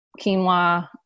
quinoa